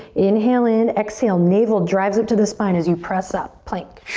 inhale in. exhale, navel drives up to the spine as you press up, plank.